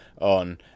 on